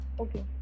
Okay